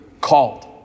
called